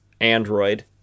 android